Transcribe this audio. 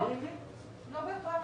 לא בהכרח.